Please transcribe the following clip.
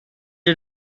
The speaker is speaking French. est